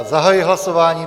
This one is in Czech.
Zahajuji hlasování.